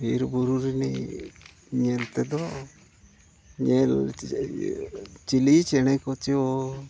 ᱵᱤᱨᱼᱵᱩᱨᱩ ᱨᱮᱱᱤᱡ ᱧᱮᱞ ᱛᱮᱫᱚ ᱧᱮᱞ ᱤᱭᱟᱹ ᱪᱤᱞᱤ ᱪᱮᱬᱮ ᱠᱚᱪᱚᱝ